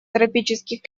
тропических